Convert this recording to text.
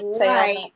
right